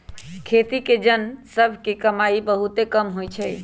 खेती के जन सभ के कमाइ बहुते कम होइ छइ